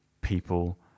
people